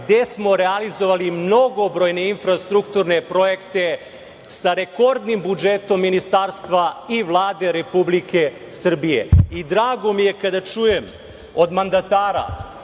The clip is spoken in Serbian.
gde smo realizovali mnogobrojne infrastrukturne projekte, sa rekordnim budžetom Ministarstva i Vlade Republike Srbije. Drago mi je kada čujem od mandatara